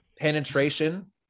penetration